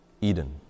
Eden